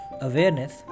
awareness